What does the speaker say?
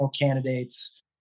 candidates